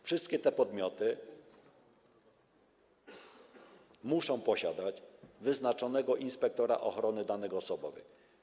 Wszystkie te podmioty muszą posiadać wyznaczonego inspektora ochrony danych osobowych.